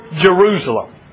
Jerusalem